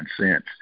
cents